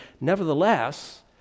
Nevertheless